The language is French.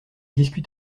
discutent